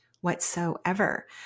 whatsoever